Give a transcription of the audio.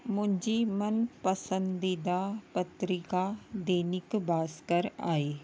मुंहिंजी मनपसंदीदा पत्रिका दैनिक भास्कर आहे